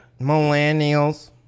Millennials